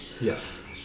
Yes